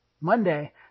Monday